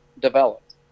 developed